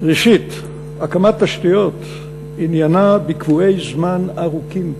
ראשית, הקמת תשתיות, עניינה בקבועי זמן ארוכים,